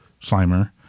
slimer